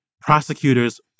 prosecutors